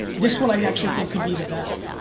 this one i actually think could be the best.